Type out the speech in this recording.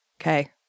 Okay